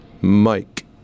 Mike